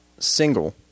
single